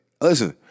Listen